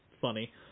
funny